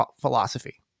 philosophy